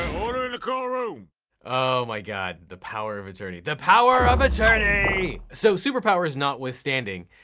order in the courtroom! oh my god, the power of attorney. the power of attorney! so, superpowers notwithstanding,